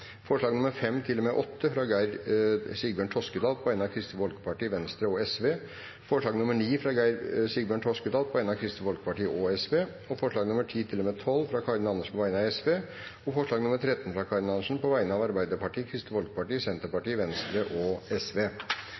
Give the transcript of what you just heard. fra Geir Sigbjørn Toskedal på vegne av Kristelig Folkeparti, Venstre og Sosialistisk Venstreparti forslag nr. 9, fra Geir Sigbjørn Toskedal på vegne av Kristelig Folkeparti og Sosialistisk Venstreparti forslagene nr. 10–12, fra Karin Andersen på vegne av Sosialistisk Venstreparti forslag nr. 13, fra Karin Andersen på vegne av Arbeiderpartiet, Kristelig Folkeparti, Senterpartiet, Venstre og